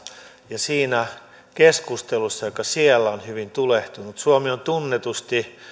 ja siinä keskustelussa joka siellä on hyvin tulehtunut suomi on tunnetusti